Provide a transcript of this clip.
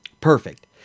Perfect